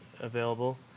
Available